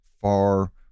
far